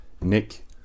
Nick